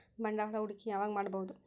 ಬಂಡವಾಳ ಹೂಡಕಿ ಯಾವಾಗ್ ಮಾಡ್ಬಹುದು?